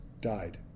died